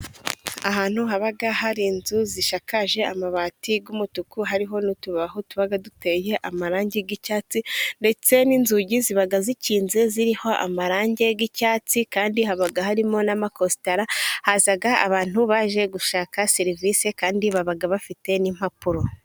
Ahantu haga hari inzu zisakaje amabati y'umutuku hariho n'utubaho tuba duteye amarangi y'icyatsi ndetse n'inzugi ziba zikinze ziriho amarangi y'icyatsi kandi haba harimo n'amakositara, haza abantu baje gushaka serivisi kandi baba bafite n'impapuro.